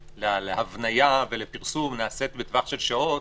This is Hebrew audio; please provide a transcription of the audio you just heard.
להבניה ולפרסום, נעשית בטווח של שעות,